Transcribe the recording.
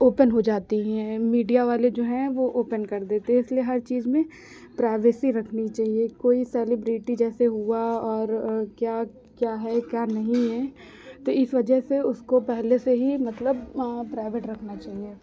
open हो जाती है मीडिया वाले जो हैं ओपन कर देते हैं इसलिए हर चीज में प्राइवेसी रखनी चाहिए कोई सेलेब्रिटी जैसे हुआ और क्या क्या है क्या नहीं है तो इस वजह से उसको पहले से ही मतलब प्राइवेट रखना चाहिए